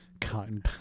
Cotton